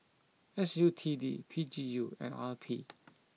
S U T D P G U and R P